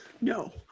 No